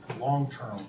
long-term